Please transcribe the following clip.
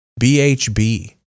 bhb